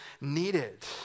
needed